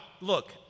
Look